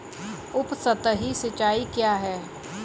उपसतही सिंचाई क्या है?